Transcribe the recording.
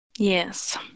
yes